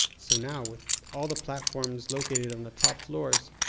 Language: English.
so now with all the platforms located on the top floors,